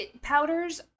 powders